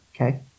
okay